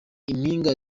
impinga